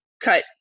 cut